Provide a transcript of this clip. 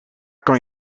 kan